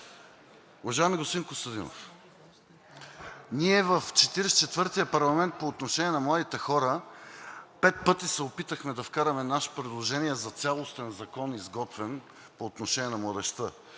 Уважаеми господин Костадинов, ние в Четиридесет и четвъртия парламент по отношение на младите хора пет пъти се опитахме да вкараме наше приложение за цялостен закон, изготвен по отношение на младежта,